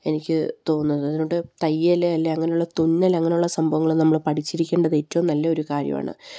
എനിക്ക് തോന്നുന്നത് അതുകൊണ്ട് തയ്യല് അല്ലെങ്കില് അങ്ങനെയുള്ള തുന്നല് അങ്ങനെയുള്ള സംഭവങ്ങള് നമ്മള് പഠിച്ചിരിക്കേണ്ടത് ഏറ്റവും നല്ലയൊരു കാര്യമാണ്